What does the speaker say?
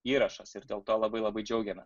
įrašas ir dėl to labai labai džiaugiamės